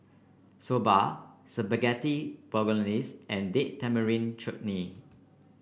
Soba Spaghetti Bolognese and Date Tamarind Chutney